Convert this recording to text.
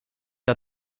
dat